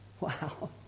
Wow